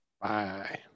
Bye